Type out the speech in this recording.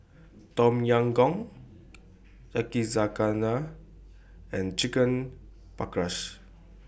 Tom Yam Goong Yakizakana and Chicken Paprikas